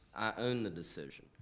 own the decision.